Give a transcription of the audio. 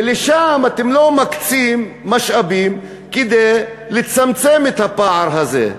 ולשם אתם לא מקצים משאבים כדי לצמצם את הפער הזה.